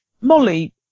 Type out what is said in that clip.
Molly